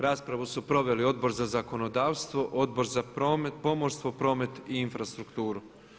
Raspravu su proveli Odbor za zakonodavstvo, Odbor za pomorstvo, promet i infrastrukturu.